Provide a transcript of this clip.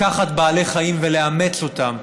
לקחת בעלי חיים ולאמץ אותם,